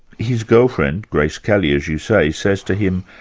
his girlfriend, grace kelly as you say, says to him,